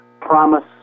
promise